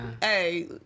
Hey